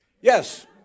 yes